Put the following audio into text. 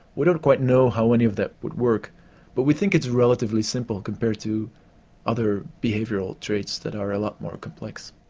we don't quite know how any of that would work but we think it's relatively simple compared to other behavioural traits that are a lot more complex.